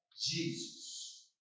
Jesus